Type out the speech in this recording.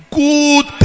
good